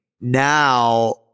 Now